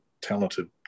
talented